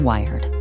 Wired